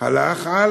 והלך על